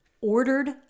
ordered